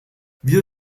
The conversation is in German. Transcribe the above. wir